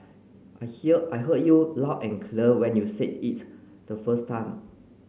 I hear I heard you loud and when you say it the first time